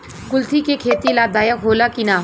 कुलथी के खेती लाभदायक होला कि न?